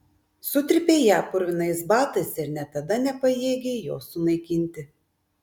sutrypei ją purvinais batais ir net tada nepajėgei jos sunaikinti